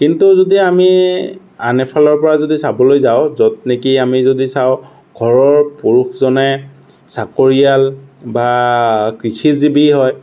কিন্তু যদি আমি আন এফালৰপৰা যদি চাবলৈ যাওঁ য'ত নেকি আমি যদি চাওঁ ঘৰৰ পুৰুষজনে চাকৰিয়াল বা কৃষিজীৱী হয়